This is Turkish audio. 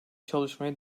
çalışmaya